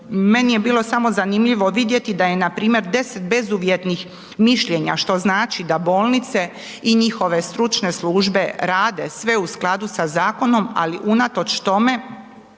Meni je bilo samo zanimljivo vidjeti da je npr. 10 bezuvjetnih mišljenja, što znači da bolnice i njihove stručne službe rade sve u skladu sa zakonom, ali unatoč tome